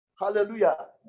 Hallelujah